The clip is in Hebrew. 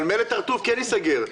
אבל מלט הרטוב כן ייסגר.